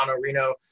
Reno